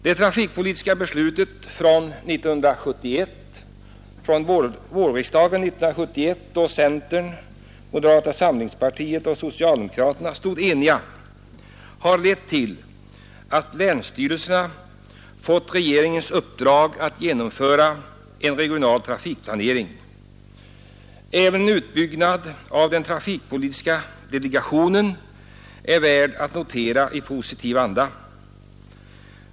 Det trafikpolitiska beslutet från vårriksdagen 1971, då centern, moderata samlingspartiet och socialdemokraterna stod eniga, har lett till att länsstyrelserna har fått regeringens uppdrag att genomföra en regional trafikplanering. Även en utbyggnad av den trafikpolitiska delegationen är värd att notera i positiv anda.